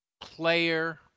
player